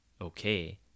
okay